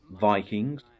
Vikings